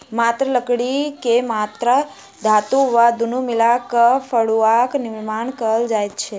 मात्र लकड़ी वा मात्र धातु वा दुनू मिला क फड़ुआक निर्माण कयल जाइत छै